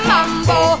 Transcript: Mambo